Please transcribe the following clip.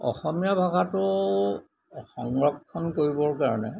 অসমীয়া ভাষাটো সংৰক্ষণ কৰিবৰ কাৰণে